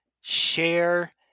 share